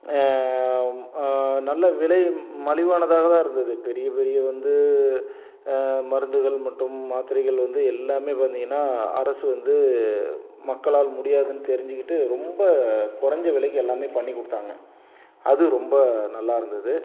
நல்லா விலை மலிவானதாகதான் இருந்தது பெரிய பெரிய வந்து மருந்துகள் மற்றும் மாத்திரைகள் வந்து எல்லாமே பார்த்திங்கனா அரசு வந்து மக்களால் முடியாதுன்னு தெரிஞ்சிக்கிட்டு ரொம்ப கொறைஞ்ச விலைக்கு எல்லாமே பண்ணிக்கொடுத்தாங்க அது ரொம்ப நல்லா இருந்தது